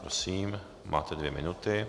Prosím, máte dvě minuty.